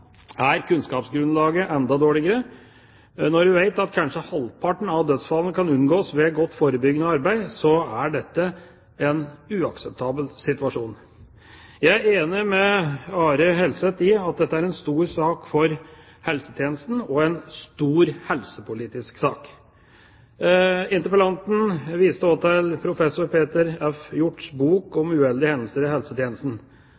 er kunnskapsgrunnlaget enda dårligere. Når vi vet at kanskje halvparten av dødsfallene kan unngås ved godt forebyggende arbeid, er dette en uakseptabel situasjon. Jeg er enig med Are Helseth i at dette er en stor sak for helsetjenesten og en stor helsepolitisk sak. Interpellanten viste til professor Peter F. Hjorts bok